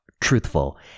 truthful